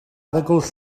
arogl